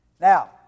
Now